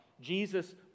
Jesus